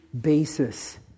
basis